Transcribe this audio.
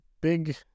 big